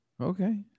Okay